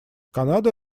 канада